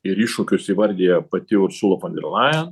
ir iššūkius įvardija pati ursula fonderlajen